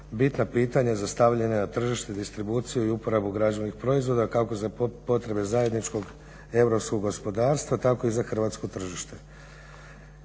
bitna pitanja za stavljanje na tržište distribuciju u uporabu građevnih proizvoda kako za potrebe zajedničkog europskog gospodarstva tako i za hrvatsko tržište.